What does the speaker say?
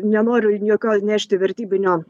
nenoriu jokio nešti vertybinio